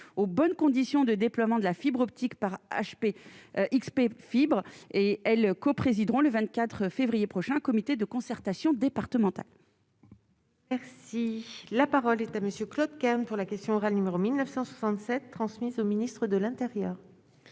aux bonnes conditions de déploiement de la fibre optique par HP xp fibres et elle co-présideront le 24 février prochain comité de concertation départementale. Merci, la parole est à monsieur Claude Kern pour la question orale numéro 1967 transmise au ministre de l'Intérieur.